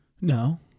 No